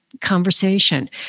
conversation